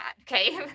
okay